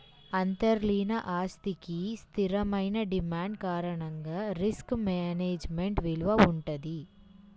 అంతర్లీన ఆస్తికి స్థిరమైన డిమాండ్ కారణంగా రిస్క్ మేనేజ్మెంట్ విలువ వుంటది